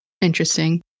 Interesting